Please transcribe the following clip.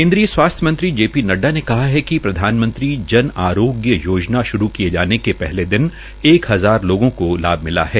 केन्द्रीय स्वास्थ्य मंत्री जे पी नड्डा ने कहा है प्रधानमंत्री जन अरोग्य योजना श्रू किये जाने के पहले दिन एक हजार लोगों को लाभ मिला है